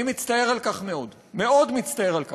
אני מצטער על כך מאוד, מאוד מצטער על כך.